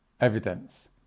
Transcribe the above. evidence